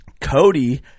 Cody